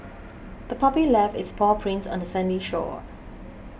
the puppy left its paw prints on the sandy shore